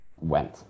went